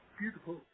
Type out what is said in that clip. beautiful